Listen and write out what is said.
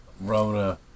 Rona